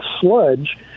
sludge